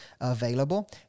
available